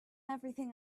everything